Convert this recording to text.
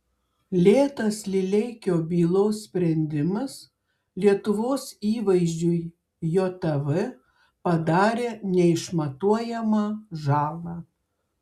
lėtas lileikio bylos sprendimas lietuvos įvaizdžiui jav padarė neišmatuojamą žalą